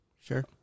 Sure